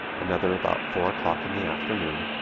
another about four o'clock in the afternoon,